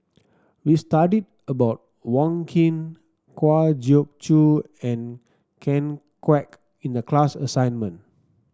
we studied about Wong Keen Kwa Geok Choo and Ken Kwek in the class assignment